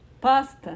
pasta